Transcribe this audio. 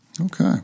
Okay